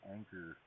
Anchor